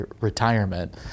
retirement